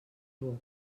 vot